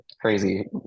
crazy